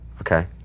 Okay